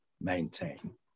maintain